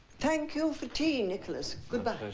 thank you for tea nicholas. goodbye.